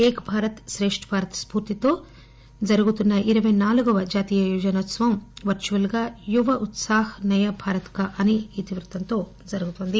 ఏక్ భారత్ శ్రేష్ట్ భారత్ స్ఫూర్తితో జరుగుతున్న ఇరవై నాలుగు వ జాతీయ యువజనోత్పవం వర్చువల్ గా యువ ఉత్పాహ నయా భారత్ కో అసే ఇతివృత్తంతో జరుగుతోంది